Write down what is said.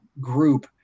group